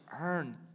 earn